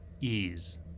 ease